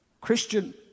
Christian